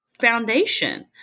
foundation